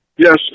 Yes